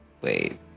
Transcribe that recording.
wait